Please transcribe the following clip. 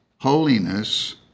holiness